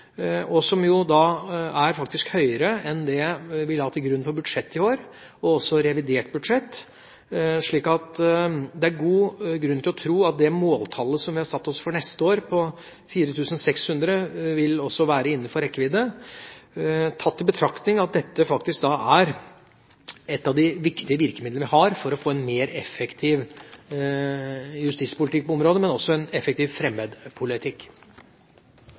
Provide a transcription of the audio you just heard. som faktisk er et høyere antall enn det vi la til grunn for budsjettet i år, og også revidert budsjett. Det er god grunn til å tro at det måltallet vi har satt for neste år, på 4 600, også vil være innenfor rekkevidde, tatt i betraktning at dette faktisk er et av de viktige virkemidlene vi har for å få en mer effektiv justispolitikk på området, men også en effektiv fremmedpolitikk.